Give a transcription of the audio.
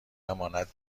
امانت